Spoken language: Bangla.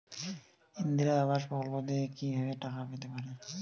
ইন্দিরা আবাস প্রকল্প থেকে কি ভাবে টাকা পেতে পারি?